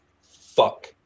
Fuck